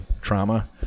trauma